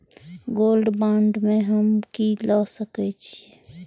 Gold bond में हम की ल सकै छियै?